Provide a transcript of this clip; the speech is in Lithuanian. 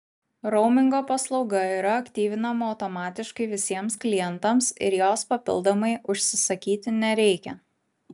raumingo paslauga yra aktyvinama automatiškai visiems klientams ir jos papildomai užsisakyti nereikia